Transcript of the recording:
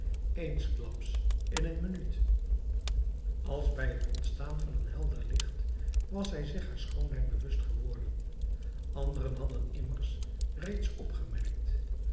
eensklaps in een minuut als bij het ontstaan van een helder licht was zij zich haar schoonheid bewust geworden anderen hadden t immers reeds opgemerkt